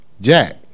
Jack